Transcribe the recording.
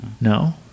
No